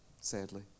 sadly